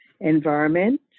environment